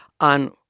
on